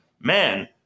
Man